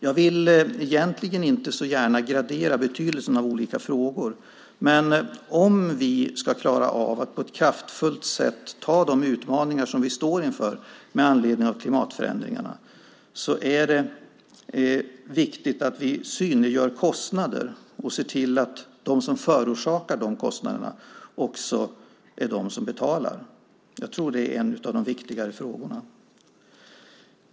Jag vill egentligen inte så gärna gradera betydelsen av olika frågor, men om vi ska klara av att på ett kraftfullt sätt anta de utmaningar som vi står inför med anledning av klimatförändringarna är det viktigt att vi synliggör kostnader och ser till att de som förorsakar dessa kostnader också är de som betalar. Detta är en av de viktigare frågorna.